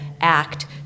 act